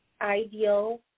ideal